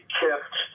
kept